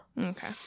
Okay